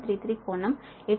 33 కోణం 81